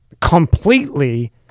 completely